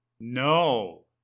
No